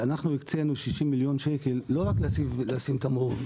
אנחנו הקצנו 60 מיליון ₪ לא רק כדי לשים תמרור,